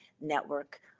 network